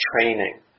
training